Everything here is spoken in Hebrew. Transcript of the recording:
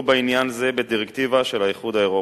בעניין זה בדרקטיבה של האיחוד האירופי.